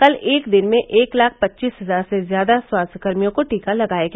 कल एक दिन मे एक लाख पच्चीस हजार से ज्यादा स्वास्थ्यकर्मियों को टीका लगाया गया